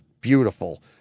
beautiful